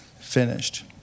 finished